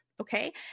Okay